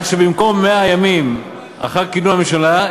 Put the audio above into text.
כך שבמקום 100 ימים לאחר כינון הממשלה,